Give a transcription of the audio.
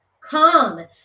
come